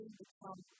become